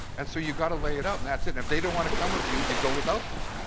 and so you gotta lay it out and that's it. if they don't want to come with you, you go without them.